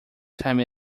time